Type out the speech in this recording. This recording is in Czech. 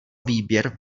výběr